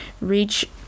reach